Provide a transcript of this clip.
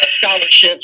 scholarships